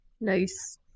Nice